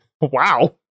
Wow